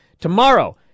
tomorrow